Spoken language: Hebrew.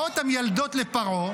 באות המיילדות לפרעה,